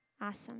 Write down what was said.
Awesome